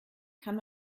kann